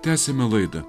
tęsiame laidą